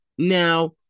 Now